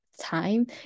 time